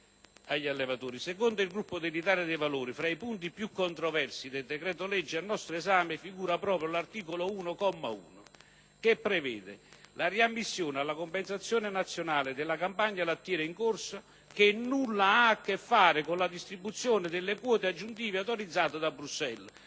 degli allevatori. Secondo il Gruppo dell'Italia dei Valori, fra i punti più controversi del decreto-legge al nostro esame figura proprio l'articolo 1, comma 1, che prevede la riammissione alla compensazione nazionale della campagna lattiera in corso, che nulla ha a che fare con la distribuzione delle quote aggiuntive autorizzata da Bruxelles